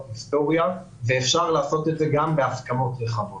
היסטוריה ואפשר לעשות זאת גם בהסכמה רחבה.